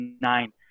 nine